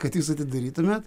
kad jūs atidarytumėt